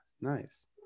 nice